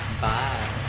Bye